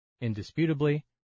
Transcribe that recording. Indisputably